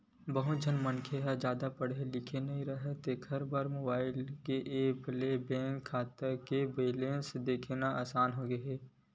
बहुत झन मनखे मन ह जादा पड़हे लिखे नइ राहय तेखरो बर मोबईल के ऐप ले बेंक खाता के बेलेंस देखना असान होगे हे